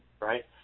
right